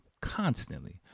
constantly